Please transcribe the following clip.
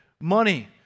money